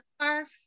Scarf